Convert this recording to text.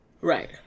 Right